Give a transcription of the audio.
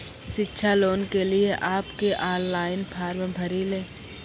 शिक्षा लोन के लिए आप के ऑनलाइन फॉर्म भरी ले?